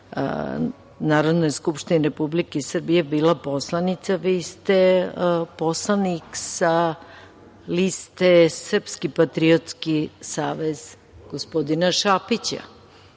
Narodne skupštine Republike Srbija bila poslanica, vi ste poslanik sa liste Srpski patriotski savez, gospodina Šapića